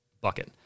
bucket